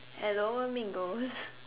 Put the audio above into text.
hello mean girls